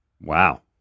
Wow